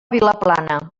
vilaplana